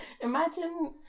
Imagine